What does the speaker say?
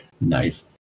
Nice